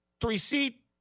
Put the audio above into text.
three-seat